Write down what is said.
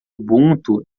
ubuntu